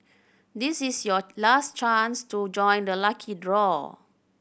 this is your last chance to join the lucky draw